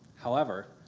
however,